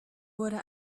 wurde